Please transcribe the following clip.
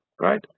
right